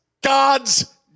God's